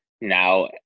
now